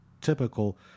typical